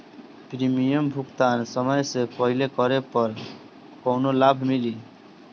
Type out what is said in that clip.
Premium भुगतान समय से पहिले करे पर कौनो लाभ मिली?